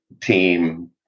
team